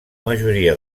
majoria